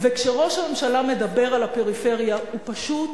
כשראש הממשלה מדבר על הפריפריה, הוא פשוט